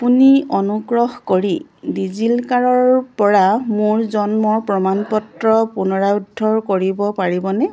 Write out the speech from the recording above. আপুনি অনুগ্ৰহ কৰি ডিজি লকাৰৰ পৰা মোৰ জন্মৰ প্ৰমাণপত্ৰ পুনৰুদ্ধাৰ কৰিব পাৰিবনে